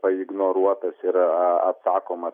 paignoruotas ir atsakoma